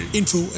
info